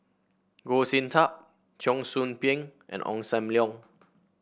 Goh Sin Tub Cheong Soo Pieng and Ong Sam Leong